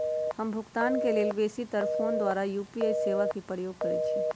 हम भुगतान के लेल बेशी तर् फोन द्वारा यू.पी.आई सेवा के प्रयोग करैछि